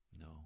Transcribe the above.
No